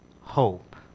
hope